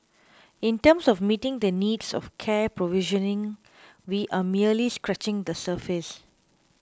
in terms of meeting the needs of care provisioning we are merely scratching the surface